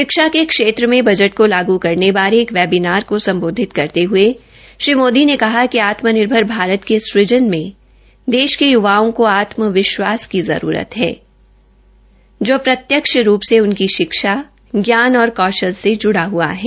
शिक्षा के क्षेत्र में बजट को लागू करने वारे एक वेबीनार को सम्बोधित करते हये श्री मोदी ने कहा कि आत्मनिर्भर भारत के सुजन में देश के युवाओं को आत्म विश्वास की जरूरत है जो प्रत्यक्ष रूप से उनकी शिक्षा ज्ञान और कौशल से जूड़ा हुआ है